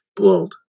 world